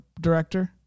director